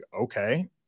okay